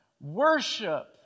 Worship